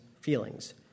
feelings